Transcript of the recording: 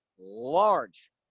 large